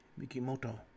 Mikimoto